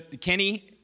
kenny